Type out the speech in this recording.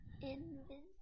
Invisible